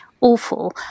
awful